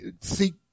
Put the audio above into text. see